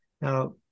now